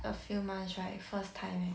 a few months right first time eh